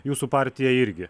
jūsų partija irgi